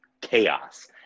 chaos